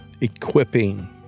equipping